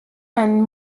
and